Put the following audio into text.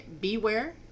beware